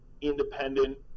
independent